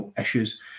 issues